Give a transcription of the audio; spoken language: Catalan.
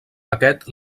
aquest